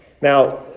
Now